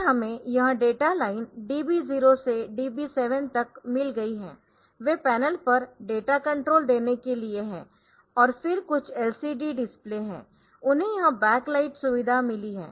फिर हमें यह डेटा लाइन DB 0 से DB 7 तक मिल गई है वे पैनल पर डेटा कंट्रोल देने के लिए है और फिर कुछ LCD डिस्प्ले है उन्हें यह बैक लाइट सुविधा मिली है